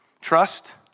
Trust